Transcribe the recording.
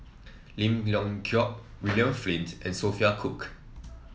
Lim Leong Geok William Flint and Sophia Cooke